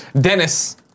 Dennis